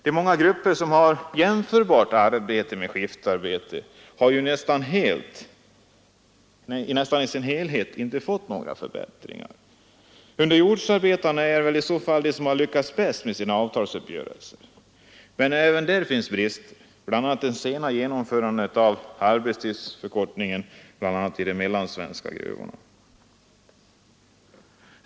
De många grupper som har arbete jämförbart med skiftarbete har nästan inte fått några förbättringar. Underjordsarbetarna är i så fall de som har lyckats bäst med sina avtalsuppgörelser, men även där finns brister, bl.a. det sena genomförandet av arbetstidsförkortningen i de mellansvenska gruvorna.